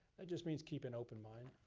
that just means keep an open mind.